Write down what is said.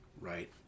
right